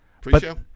Pre-show